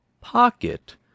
Pocket